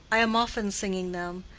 i am often singing them.